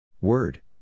Word